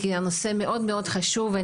כי הנושא מאוד מאוד חשוב,